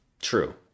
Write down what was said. True